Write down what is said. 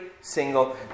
single